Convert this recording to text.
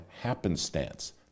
happenstance